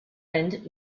end